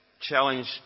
challenge